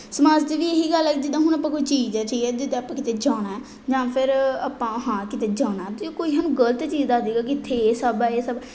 ਸਮਾਜ 'ਤੇ ਵੀ ਇਹੀ ਗੱਲ ਹੈ ਜਿੱਦਾਂ ਹੁਣ ਆਪਾਂ ਕੋਈ ਚੀਜ਼ ਹੈ ਠੀਕ ਹੈ ਜਿੱਦਾਂ ਆਪਾਂ ਕਿਤੇ ਜਾਣਾ ਜਾਂ ਫਿਰ ਆਪਾਂ ਹਾਂ ਕਿਤੇ ਜਾਣਾ ਅਤੇ ਕੋਈ ਸਾਨੂੰ ਗਲਤ ਚੀਜ਼ ਦੱਸ ਦੇਵੇਗਾ ਕਿ ਇੱਥੇ ਇਹ ਸਭ ਹੈ ਇਹ ਸਭ ਹੈ